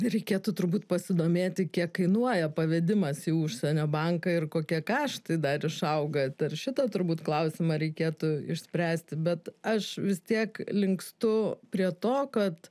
reikėtų turbūt pasidomėti kiek kainuoja pavedimas į užsienio banką ir kokia kaštai dar išauga dar šitą turbūt klausimą reikėtų išspręsti bet aš vis tiek linkstu prie to kad